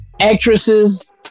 actresses